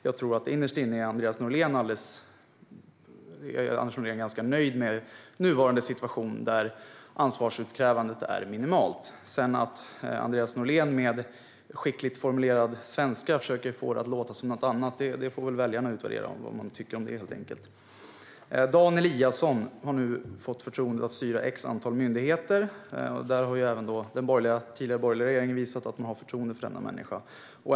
Jag tror att innerst inne är Andreas Norlén nöjd med nuvarande situation, där ansvarsutkrävandet är minimalt. Att sedan Andreas Norlén med skickligt formulerad svenska försöker få det att låta som något annat får väl väljarna utvärdera. Dan Eliasson har nu fått förtroendet att styra X myndigheter. Även den tidigare borgerliga regeringen har visat att man har förtroende för denna människa.